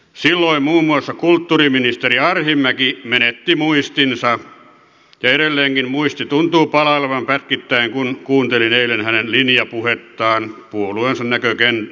silloin muun muassa kulttuuriministeri arhinmäki menetti muistinsa ja edelleenkin muisti tuntuu palailevan pätkittäin kun kuuntelin eilen hänen linjapuhettaan puolueensa näkökannalta